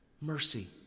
mercy